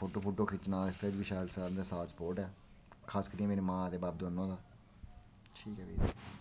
photo photo खिच्चनै आस्तै बी शैल साथ स्पोर्ट ऐ खासकरियै मेरी मां ते बब्ब दोनों दा ठीक ऐ फ्ही